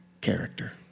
character